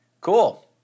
Cool